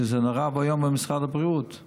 שזה נורא ואיום, המצוקה במשרד הבריאות.